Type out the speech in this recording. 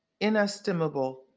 inestimable